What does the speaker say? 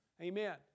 Amen